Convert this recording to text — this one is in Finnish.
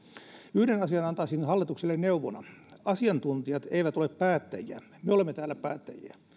yhden asian antaisin hallitukselle neuvona asiantuntijat eivät ole päättäjiä me olemme täällä päättäjiä